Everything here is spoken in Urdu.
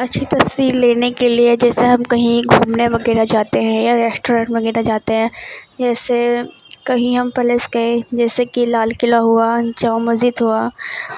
اچھی تصویر لینے کے لیے جیسے ہم کہیں گھومنے وغیرہ جاتے ہیں یا ریسٹورنٹ وغیرہ جاتے ہیں جیسے کہیں ہم پیلس گئے جیسے کہ لال قلعہ ہوا جامع مسجد ہوا